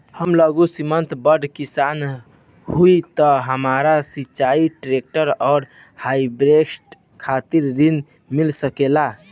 हम लघु सीमांत बड़ किसान हईं त हमरा सिंचाई ट्रेक्टर और हार्वेस्टर खातिर ऋण मिल सकेला का?